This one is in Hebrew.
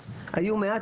היו מעט.